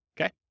okay